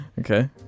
Okay